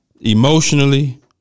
emotionally